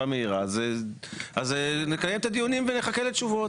מהירה אז נקיים את הדיונים ונחכה לתשובות.